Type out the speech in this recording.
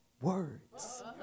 words